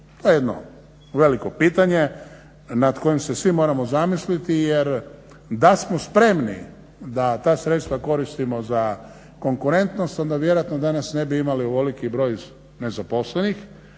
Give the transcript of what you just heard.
To je jedno veliko pitanje nad kojim se svi moramo zamisliti, jer da smo spremni da ta sredstva koristimo za konkurentnost onda vjerojatno danas ne bi imali ovoliki broj nezaposlenih,